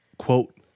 quote